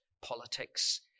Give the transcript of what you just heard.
politics